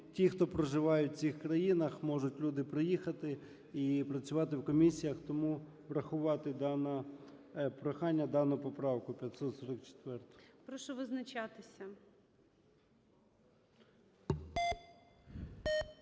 ті, хто проживають в цих країнах, можуть люди приїхати і працювати в комісіях. Тому врахувати прохання дану поправку 544-у. ГОЛОВУЮЧИЙ. Прошу визначатися.